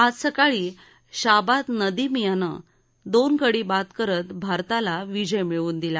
आज सकाळी शाबाद नदीम यानं दोन गडी बाद करत भारताला विजय मिळवून दिला